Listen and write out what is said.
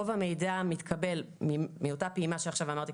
רוב המידע מתקבל מאותה פעימה שעכשיו אמרתי,